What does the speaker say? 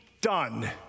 done